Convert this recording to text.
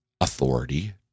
authority-